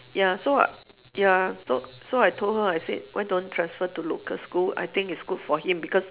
ya so I ya so so I told her I said why don't transfer to local school I think it's good for him because